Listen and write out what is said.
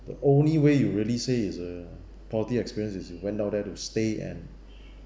the only way you really say is a positive experience is you went down there to stay and